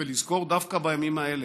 ולזכור דווקא בימים האלה,